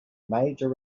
major